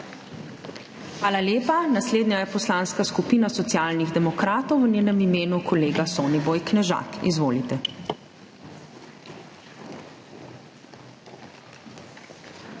Hvala lepa. Naslednja je Poslanska skupina Socialnih demokratov, v njenem imenu kolega Soniboj Knežak. Izvolite. **SONIBOJ